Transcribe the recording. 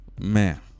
Man